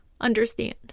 understand